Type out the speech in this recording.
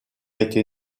été